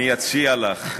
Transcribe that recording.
אני אציע לך,